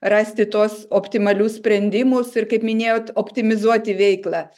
rasti tuos optimalius sprendimus ir kaip minėjot optimizuoti veiklą